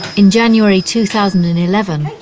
in january two thousand and eleven,